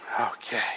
okay